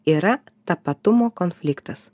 yra tapatumo konfliktas